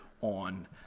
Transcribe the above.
on